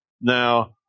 Now